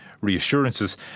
reassurances